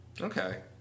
Okay